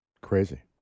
Crazy